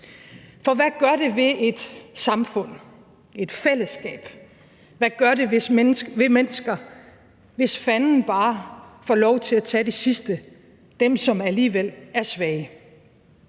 for hvad gør det ved et samfund, et fællesskab, hvad gør det ved mennesker, hvis Fanden bare får lov til at tage de sidste, dem, som alligevel er svage?